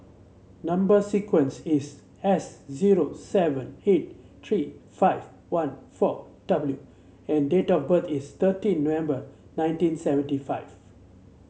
number sequence is S zero seven eight three five one four W and date of birth is thirteen November nineteen seventy five